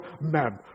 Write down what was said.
ma'am